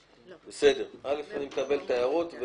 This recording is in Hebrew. אני מקבל את ההערות.